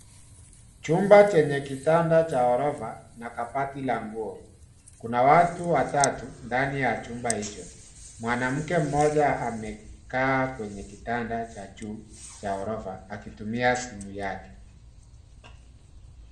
Chumba chenye kitanda cha orofa na kabati la nguo. Kuna watu watatu ndani ya chumba hicho. Mwanamke mmoja amekaa kwenye kitanda cha juu cha orofa akitumia simu yake.